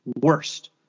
worst